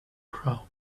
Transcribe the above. crowd